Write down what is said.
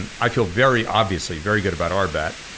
and i feel very, obviously, very good about our bet,